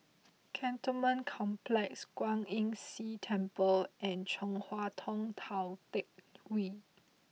Cantonment Complex Kwan Imm See Temple and Chong Hua Tong Tou Teck Hwee